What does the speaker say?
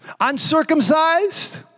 Uncircumcised